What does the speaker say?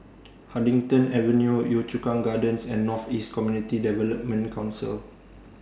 Huddington Avenue Yio Chu Kang Gardens and North East Community Development Council